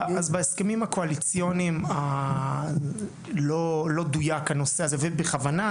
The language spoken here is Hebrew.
בהסכמים הקואליציוניים לא דוייק הנושא הזה ובכוונה.